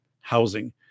housing